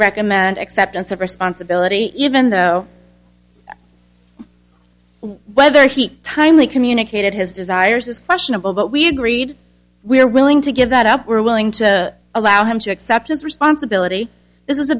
recommend acceptance of responsibility even though whether he timely communicated his desires is questionable but we agreed we're willing to give that up we're willing to allow him to accept his responsibility this is a